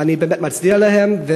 אני מצדיע להם,